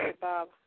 Bob